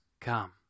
come